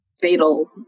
fatal